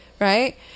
right